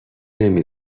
نمی